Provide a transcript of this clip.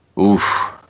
Oof